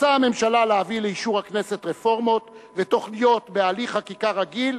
רוצה הממשלה להביא לאישור הכנסת רפורמות ותוכניות בהליך חקיקה רגיל,